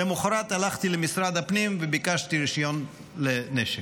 למוחרת הלכתי למשרד הפנים וביקשתי רישיון לנשק,